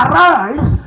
Arise